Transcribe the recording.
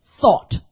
thought